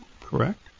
correct